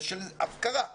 הפקרה וזלזול.